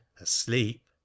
asleep